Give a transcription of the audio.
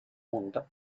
mundo